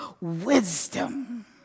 wisdom